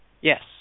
Yes